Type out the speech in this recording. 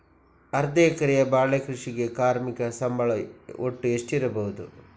ಅರ್ಧ ಎಕರೆಯ ಬಾಳೆ ಕೃಷಿಗೆ ಕಾರ್ಮಿಕ ಸಂಬಳ ಒಟ್ಟು ಎಷ್ಟಿರಬಹುದು?